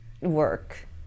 work